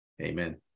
Amen